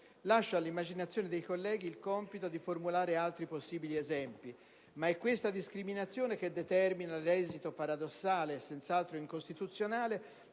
Lascio all'immaginazione dei colleghi il compito di formulare altri possibili esempi. Ma è questa discriminazione che determina «l'esito paradossale e senz'altro incostituzionale